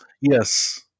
yes